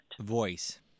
voice